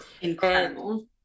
Incredible